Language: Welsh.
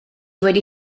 wedi